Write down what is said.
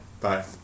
Bye